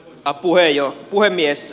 arvoisa puhemies